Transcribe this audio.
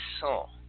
soul